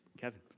Kevin